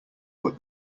but